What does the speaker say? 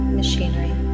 machinery